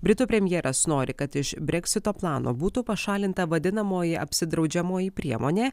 britų premjeras nori kad iš breksito plano būtų pašalinta vadinamoji apsidraudžiamoji priemonė